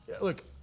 look